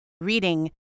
reading